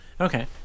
Okay